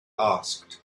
asked